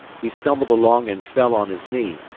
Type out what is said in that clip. he stumbled along and fell on his knee,